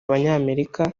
abanyamerika